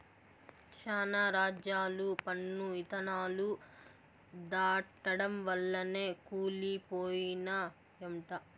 శానా రాజ్యాలు పన్ను ఇధానాలు దాటడం వల్లనే కూలి పోయినయంట